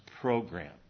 program